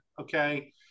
okay